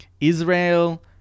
Israel